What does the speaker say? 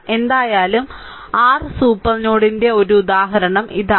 എന്തായാലും r super നോഡിന്റെ ഒരു ഉദാഹരണം ഇതാണ്